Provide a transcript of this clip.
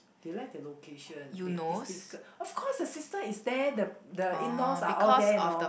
they like the location they it's difficult of course the sister is there the the in laws are all there you know